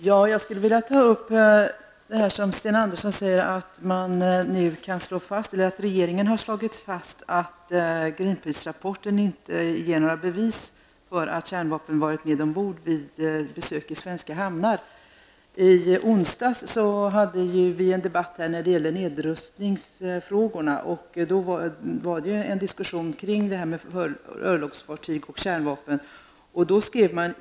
Fru talman! Sten Andersson säger att regeringen har slagit fast att Greenpeacerapporten inte ger några bevis för att kärnvapen varit med ombord vid besök i svenska hamnar. I onsdags hade vi här en debatt om nedrustningsfrågorna, och då diskuterades detta med örlogsfartyg och kärnvapen.